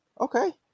Okay